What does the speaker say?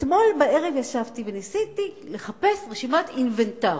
אתמול בערב ישבתי וניסיתי לחפש רשימת אינוונטר.